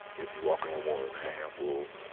if you walk in with more than a handful,